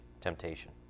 temptation